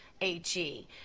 AG